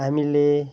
हामीले